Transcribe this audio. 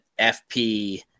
FP